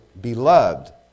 beloved